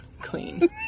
clean